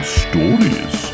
stories